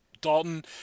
Dalton